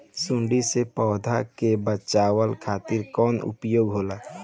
सुंडी से पौधा के बचावल खातिर कौन उपाय होला?